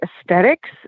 aesthetics